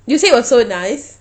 you said it was so nice